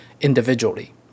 individually